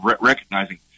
recognizing